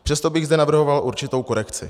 Přesto bych zde navrhoval určitou korekci.